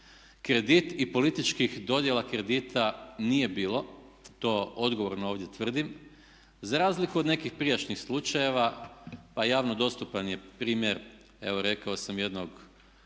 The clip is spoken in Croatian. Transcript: kredit i političkih dodjela kredita nije bilo, to odgovorno ovdje tvrdim za razliku od nekih prijašnjih slučajeva. Pa javno dostupan je primjer, evo rekao sam jednog